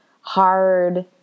hard